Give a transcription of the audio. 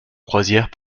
croisières